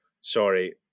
Sorry